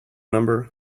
number